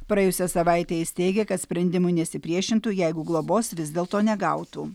praėjusią savaitę jis teigė kad sprendimui nesipriešintų jeigu globos vis dėlto negautų